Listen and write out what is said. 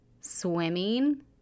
swimming